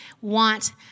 want